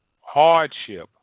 hardship